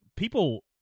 People